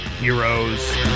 Heroes